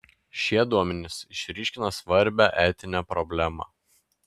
šie duomenys išryškina svarbią etinę problemą